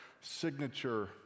signature